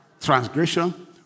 transgression